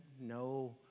no